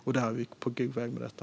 Vi är på god väg med detta.